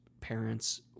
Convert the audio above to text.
parents